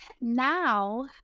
now